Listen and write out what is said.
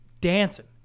dancing